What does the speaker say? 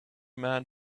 man